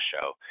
show